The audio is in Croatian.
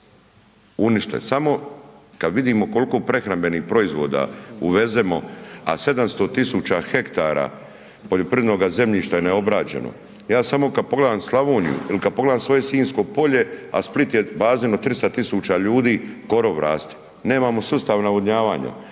samo kad vidimo koliko prehrambenih proizvoda uvezemo, a 700.000 hektara poljoprivrednoga zemljišta je neobrađeno. Ja samo kad pogledam Slavoniju ili kad pogledam svoje Sinjsko polje, a Split je bazen od 300.000 ljudi, korov raste. Nemamo sustav navodnjavanja,